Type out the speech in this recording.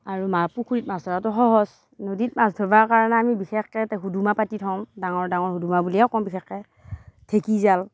আৰু মা পুখুৰীত মাছ ধৰাটো সহজ নদীত মাছ ধৰিবৰ কাৰণে আমি বিশেষকৈ ইয়াতে হুদুমা পাতি থওঁ ডাঙৰ ডাঙৰ হুদুমা বুলিয়ে কওঁ বিশেষকৈ ঢেঁকীজাল